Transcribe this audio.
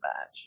match